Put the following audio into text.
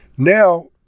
Now